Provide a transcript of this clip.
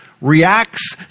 reacts